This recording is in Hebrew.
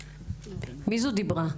מי דיברה?